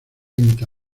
venta